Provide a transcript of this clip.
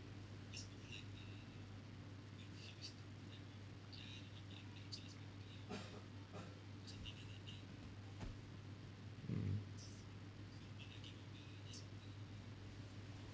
mm